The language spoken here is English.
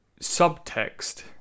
subtext